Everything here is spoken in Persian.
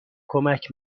کمک